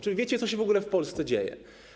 Czy wiecie, co się w ogóle w Polsce dzieje?